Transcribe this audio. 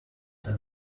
than